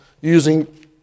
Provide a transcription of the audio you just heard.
using